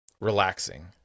relaxing